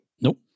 Nope